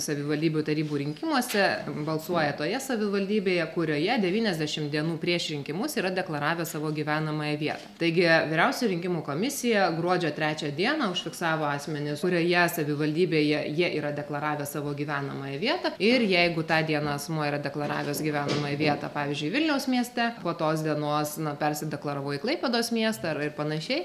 savivaldybių tarybų rinkimuose balsuoja toje savivaldybėje kurioje devyniasdešimt dienų prieš rinkimus yra deklaravę savo gyvenamąją vietą taigi vyriausioji rinkimų komisija gruodžio trečią dieną užfiksavo asmenis kurioje savivaldybėje jie yra deklaravę savo gyvenamąją vietą ir jeigu tą dieną asmuo yra deklaravęs gyvenamąją vietą pavyzdžiui vilniaus mieste po tos dienos na persideklaravo į klaipėdos miestą ir ir panašiai